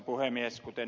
kuten ed